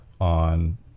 on